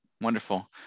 Wonderful